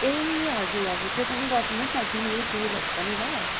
ए हजुर हजुर त्यो पनि गरिदिनोस् न घिउ तेलहरू पनि ल